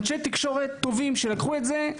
אנשי תקשורת טובים שלקחו את זה,